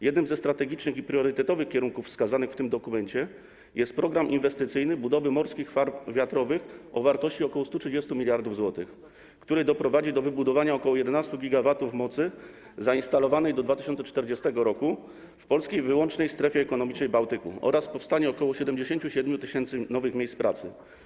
Jednym ze strategicznych i priorytetowych kierunków wskazanych w tym dokumencie jest program inwestycyjny budowy morskich farm wiatrowych o wartości ok. 130 mld zł, który doprowadzi do uzyskania ok. 11 GW mocy zainstalowanej do 2040 r. w polskiej wyłącznej strefie ekonomicznej w obszarze Bałtyku oraz powstania ok. 77 tys. nowych miejsc pracy.